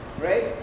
right